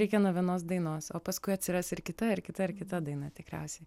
reikia nuo vienos dainos o paskui atsiras ir kita ir kita ir kita daina tikriausiai